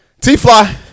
T-Fly